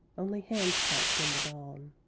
only hands touched in the dawn.